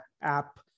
app